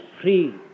free